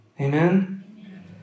Amen